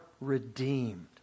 redeemed